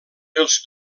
els